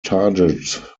target